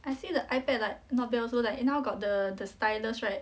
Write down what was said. I see the ipad like not bad also like now got the the stylus right